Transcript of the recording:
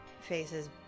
faces